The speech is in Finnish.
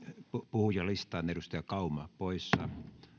puhujalistaan edustaja kauma poissa